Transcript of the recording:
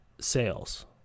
sales